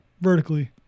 Vertically